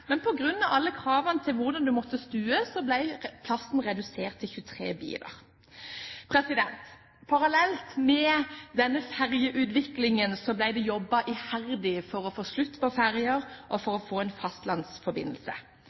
men på grunn av alle kravene til hvordan man måtte stue, ble antall biler redusert til 23. Parallelt med denne ferjeutviklingen ble det jobbet iherdig for å få slutt på ferjer og få til en fastlandsforbindelse.